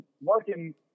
working –